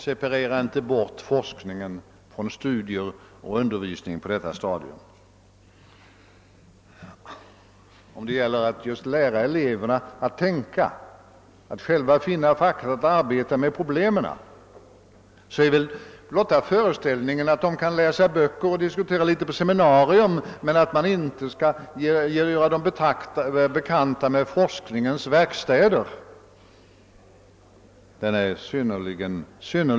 Separera inte bort forskningen från studier och undervisning på detta stadium! Om det gäller att just lära eleverna att tänka, att själva finna fakta och arbeta med problemen, så är väl föreställningen malplacerad att de kan läsa böcker och diskutera litet på seminarier men att man inte skall göra dem bekanta med forskningens verkstäder.